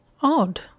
odd